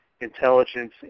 intelligence